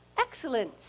excellent